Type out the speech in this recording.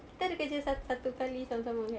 kita ada kerja sa~ satu kali sama sama kan